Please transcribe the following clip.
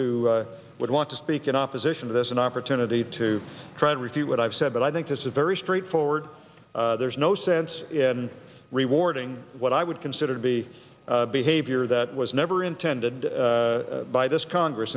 who would want to speak in opposition to this an opportunity to try to refute what i've said but i think this is very straightforward there's no sense in rewarding what i would consider to be behavior that was never intended by this congress